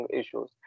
issues